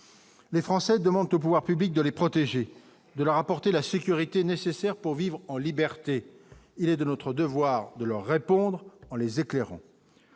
les Français demandent aux pouvoirs publics de les protéger de leur apporter la sécurité nécessaire pour vivre en liberté, il est de notre devoir de leur répondre en les éclairant